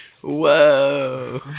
Whoa